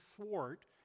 thwart